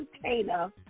container